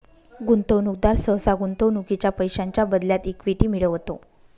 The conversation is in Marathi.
गुंतवणूकदार सहसा गुंतवणुकीच्या पैशांच्या बदल्यात इक्विटी मिळवतो